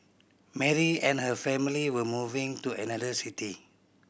Mary and her family were moving to another city